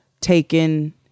taken